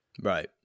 Right